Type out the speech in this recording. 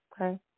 Okay